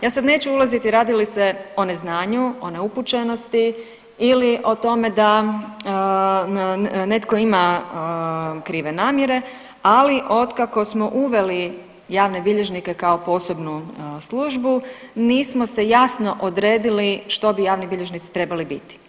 Ja sad neću ulaziti radi li se o neznanju, o neupućenosti ili o tome da netko ima krive namjere, ali otkako smo uveli javne bilježnike kao posebnu službu, nismo se jasno odredili što bi javni bilježnici trebali biti.